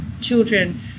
children